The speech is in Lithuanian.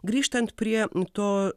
grįžtant prie to